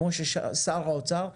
כמו ששר האוצר הציג,